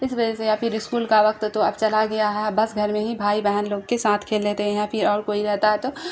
اس وجہ سے یا پھر اسکول کا وقت تو اب چلا گیا ہے بس گھر میں ہی بھائی بہن لوگ کے ساتھ کھیل لیتے ہیں یا پھر اور کوئی رہتا ہے تو